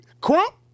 Crump